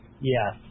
Yes